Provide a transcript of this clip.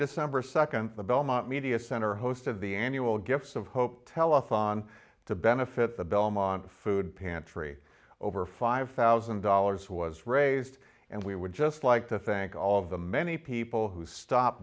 december second the belmont media center host of the annual gifts of hope telethon to benefit the belmont food pantry over five thousand dollars was raised and we would just like to thank all of the many people who stop